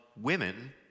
women